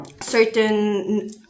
certain